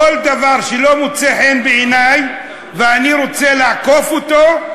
כל דבר שלא מוצא חן בעיני ואני רוצה לעקוף אותו,